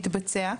מתבצע,